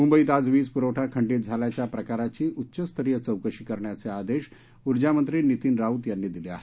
मुंबईत आज वीज पुरवठा खंडित झाल्याच्या प्रकाराची उच्चस्तरीय चौकशी करण्याचे आदेश उर्जामंत्री नितीन राऊत यांनी दिलं आहेत